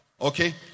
Okay